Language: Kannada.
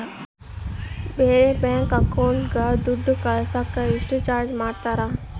ಬೇರೆ ಬ್ಯಾಂಕ್ ಅಕೌಂಟಿಗೆ ದುಡ್ಡು ಕಳಸಾಕ ಎಷ್ಟು ಚಾರ್ಜ್ ಮಾಡತಾರ?